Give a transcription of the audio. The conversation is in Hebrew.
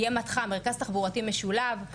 יהיה מתח"מ מרכז תחבורתי משולב,